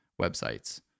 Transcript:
websites